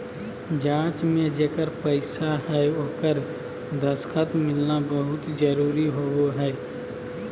जाँच में जेकर पैसा हइ ओकर दस्खत मिलना बहुत जरूरी होबो हइ